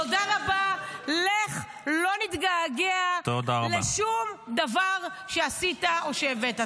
תודה רבה לך, לא נתגעגע לשום דבר שעשית או שהבאת.